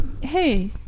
hey